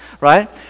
right